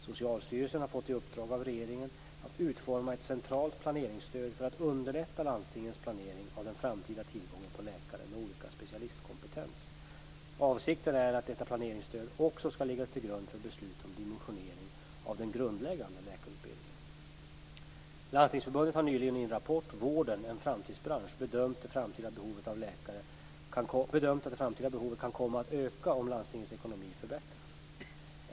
Socialstyrelsen har fått i uppdrag av regeringen att utforma ett centralt planeringsstöd för att underlätta landstingens planering av den framtida tillgången på läkare med olika specialistkompetens. Avsikten är att detta planeringsstöd också skall ligga till grund för beslut om dimensionering av den grundläggande läkarutbildningen. Landstingsförbundet har nyligen i rapporten Vården - en framtidsbransch bedömt att det framtida behovet av läkare kan komma att öka om landstingens ekonomi förbättras.